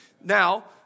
Now